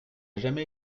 jamais